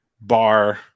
bar